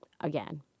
again